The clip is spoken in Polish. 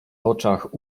oczach